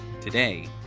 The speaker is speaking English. Today